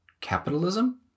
capitalism